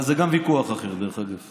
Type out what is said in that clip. אבל זה גם ויכוח אחר, דרך אגב.